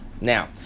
Now